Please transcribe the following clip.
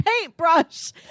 paintbrush